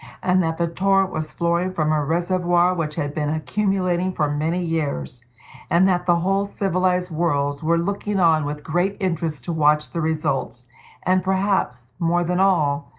and that the torrent was flowing from a reservoir which had been accumulating for many years and that the whole civilized world were looking on with great interest to watch the result and perhaps, more than all,